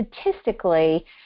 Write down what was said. Statistically